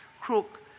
crook